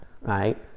right